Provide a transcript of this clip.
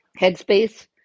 headspace